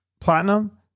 platinum